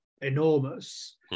enormous